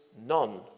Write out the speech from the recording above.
none